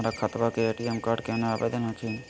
हमर खतवा के ए.टी.एम कार्ड केना आवेदन हखिन?